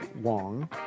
Wong